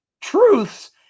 truths